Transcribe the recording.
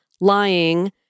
lying